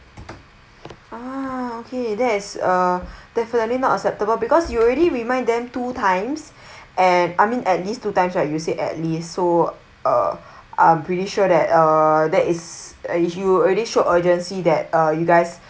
okay there's a definitely not acceptable because you already remind them two times and I mean at least two times right you say at least so uh I'm pretty sure that uh that is uh you already showed urgency that uh you guys